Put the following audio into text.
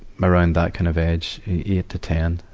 around that kind of age. eight to ten,